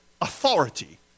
authority